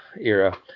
era